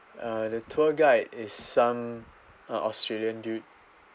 uh tour guide is some uh australian dude